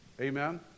Amen